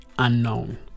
unknown